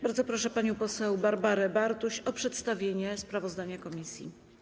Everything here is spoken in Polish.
Bardzo proszę panią poseł Barbarę Bartuś o przedstawienie sprawozdania komisji.